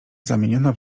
zamieniona